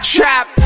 Trap